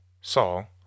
Saul